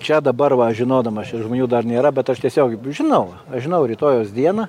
čia dabar va aš žinodamas čia žmonių dar nėra bet aš tiesiog žinau aš žinau rytojaus dieną